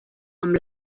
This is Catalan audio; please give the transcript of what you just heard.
amb